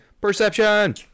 perception